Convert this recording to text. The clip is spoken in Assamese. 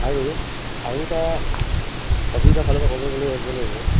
আৰু আৰু এটা অভিজ্ঞতাৰ ফালৰ পৰা ক'বলৈ গ'লে গ'লে যে